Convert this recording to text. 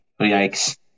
Yikes